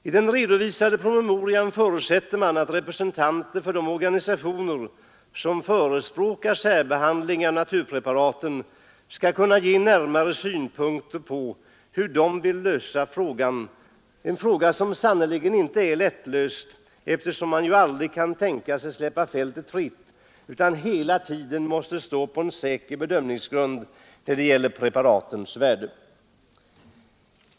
I nämnda promemoria förutsättes att representanter för de organisationer som förespråkar särbehandling av naturpreparaten skall kunna ge närmare anvisningar om hur de vill lösa frågan — som ingalunda är lättlöst, eftersom man aldrig kan tänka sig att släppa fältet fritt utan hela tiden måste stå på en säker bedömningsgrund när det gäller preparatens värde.